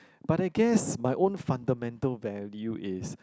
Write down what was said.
but I guess my own fundamental value is